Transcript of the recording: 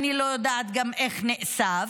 אני גם לא יודעת איך הוא נאסף.